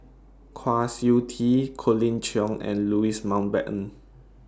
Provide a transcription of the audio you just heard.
Kwa Siew Tee Colin Cheong and Louis Mountbatten